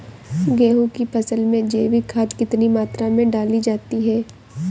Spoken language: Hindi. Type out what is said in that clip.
गेहूँ की फसल में जैविक खाद कितनी मात्रा में डाली जाती है?